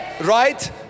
Right